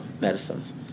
medicines